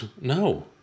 No